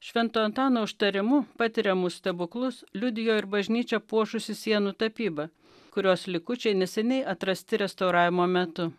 švento antano užtarimu patiriamus stebuklus liudijo ir bažnyčią puošusi sienų tapyba kurios likučiai neseniai atrasti restauravimo metu